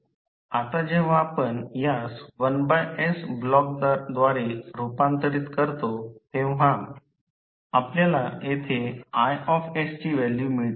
आता जेव्हा आपण यास 1s ब्लॉकद्वारे रूपांतरित करतो तेव्हा आपल्याला येथे Is ची व्हॅल्यू मिळते